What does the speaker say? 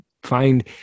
find